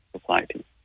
society